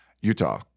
Utah